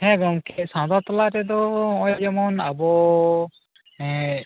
ᱦᱮᱸ ᱜᱚᱝᱠᱮ ᱥᱟᱶᱛᱟ ᱛᱟᱞᱟ ᱨᱮᱫᱚ ᱱᱚᱜᱼᱚᱣ ᱡᱮᱢᱚᱱ ᱟᱵᱚ ᱮᱸ